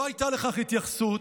לא הייתה לכך התייחסות,